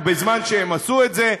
בזמן שהם עשו את זה,